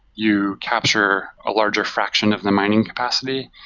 you capture a larger fraction of the mining capacity,